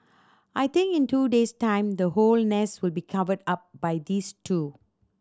I think in two days time the whole nest will be covered up by these two